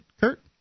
Kurt